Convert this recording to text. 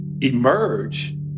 emerge